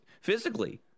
physically